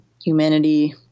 humanity